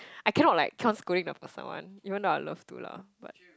I cannot like keep on scolding the person one even though I love to lah but